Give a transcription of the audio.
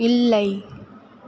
இல்லை